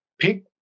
pick –